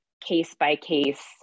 case-by-case